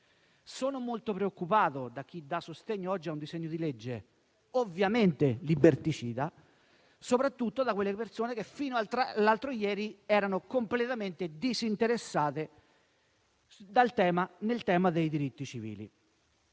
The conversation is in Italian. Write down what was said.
Sono molto preoccupato da chi dà sostegno oggi a un disegno di legge ovviamente liberticida, soprattutto da quelle persone che fino all'altro ieri erano completamente disinteressate al tema dei diritti civili.